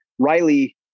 Riley